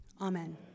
Amen